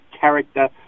character